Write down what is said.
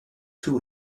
two